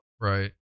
Right